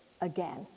again